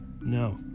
No